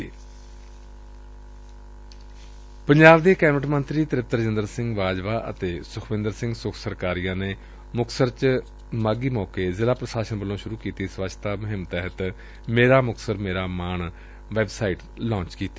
ਮਾਘੀ ਮੌਕੇ ਅੱਜ ਪੰਜਾਬ ਦੇ ਕੈਬਨਿਟ ਮੰਤਰੀ ਤ੍ਰਿਪਤ ਰਾਜਿੰਦਰ ਸਿੰਘ ਬਾਜਵਾ ਅਤੇ ਸੁਖਬਿੰਦਰ ਸਿੰਘ ਸੁੱਖ ਸਰਕਾਰੀਆ ਨੇ ਮੁਕਤਸਰ ਚ ਜ਼ਿਲ੍ਹਾ ਪ੍ਰਸ਼ਾਸਨ ਵੱਲੋਂ ਸ਼ੁਰੂ ਕੀਤੀ ਸਵੱਛਤਾ ਮੁਹਿੰਮ ਤਹਿਤ ਮੇਰਾ ਮੁਕਤਸਰ ਮੇਰਾ ਮਾਣ ਦੀ ਵੈੱਬਸਾਈਟ ਲਾਚ ਕੀਤੀ